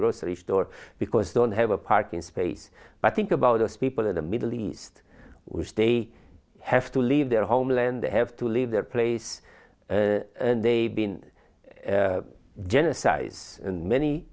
grocery store because they don't have a parking space but think about those people in the middle east which they have to leave their homeland they have to leave their place and they've been genocides and many